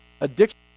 addiction